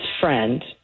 friend